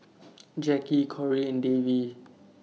Jacki Cori and Davie